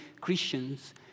Christians